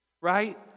Right